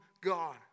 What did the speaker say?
God